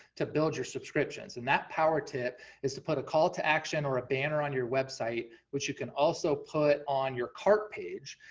to build your subscriptions. and that power tip is to put a call to action or a banner on your website, which you can also put on your cart page,